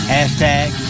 Hashtag